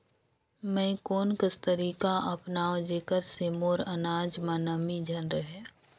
मैं कोन कस तरीका अपनाओं जेकर से मोर अनाज म नमी झन रहे?